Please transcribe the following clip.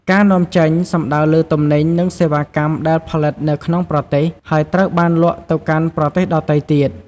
ការនាំចេញ សំដៅលើទំនិញ និងសេវាកម្មដែលផលិតនៅក្នុងប្រទេស ហើយត្រូវបានលក់ទៅកាន់ប្រទេសដទៃទៀត។